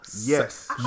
Yes